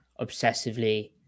obsessively